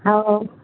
हो